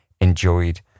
enjoyed